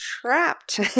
trapped